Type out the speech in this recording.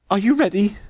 are you ready?